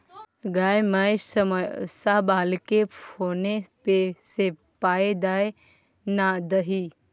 गै माय समौसा बलाकेँ फोने पे सँ पाय दए ना दही